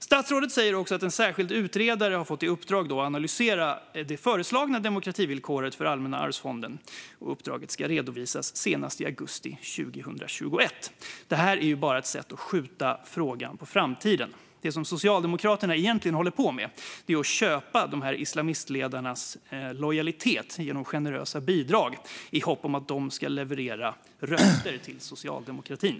Statsrådet säger också att en särskild utredare har fått i uppdrag att analysera det föreslagna demokrativillkoret för Allmänna arvsfonden. Uppdraget ska redovisas senast i augusti 2021. Detta är bara ett sätt att skjuta frågan på framtiden. Det som Socialdemokraterna egentligen håller på med är att köpa dessa islamistledares lojalitet genom generösa bidrag i hopp om att de ska leverera röster till socialdemokratin.